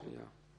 רק שנייה.